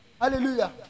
hallelujah